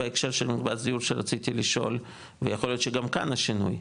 בהקשר של מקבץ דיור שרציתי לשאול ויכול להיות שגם כאן השינוי,